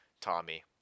Tommy